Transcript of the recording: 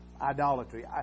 idolatry